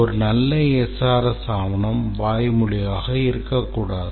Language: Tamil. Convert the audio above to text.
ஒரு நல்ல SRS ஆவணம் வாய்மொழியாக இருக்கக்கூடாது